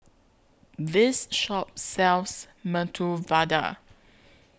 This Shop sells Medu Vada